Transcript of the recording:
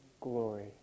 glory